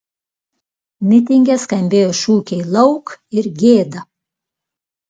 mitinge skambėjo šūkiai lauk ir gėda